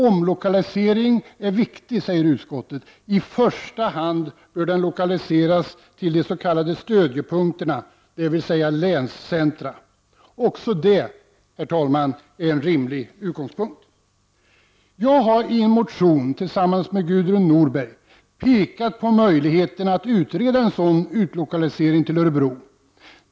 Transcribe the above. Omlokalisering är viktig, säger utskottet. I första hand bör den lokaliseras till de s.k. stödjepunkterna, dvs. länscentra. Också detta är en rimlig utgångspunkt. Jag har i en motion tillsammans med Gudrun Norberg pekat på möjligheterna att utreda en sådan utlokalisering till Örebro.